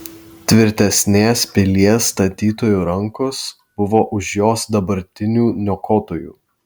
tvirtesnės pilies statytojų rankos buvo už jos dabartinių niokotojų